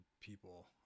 people